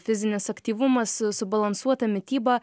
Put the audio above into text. fizinis aktyvumas subalansuota mityba